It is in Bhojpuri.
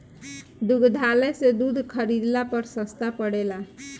दुग्धालय से दूध खरीदला पर सस्ता पड़ेला?